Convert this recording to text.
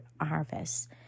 harvest